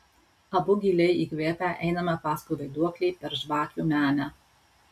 abu giliai įkvėpę einame paskui vaiduoklį per žvakių menę